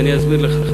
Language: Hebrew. ואני אסביר לך.